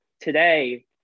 today